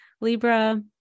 Libra